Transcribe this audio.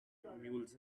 mules